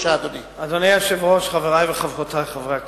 אדוני היושב-ראש, חברי וחברותי חברי הכנסת,